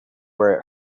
where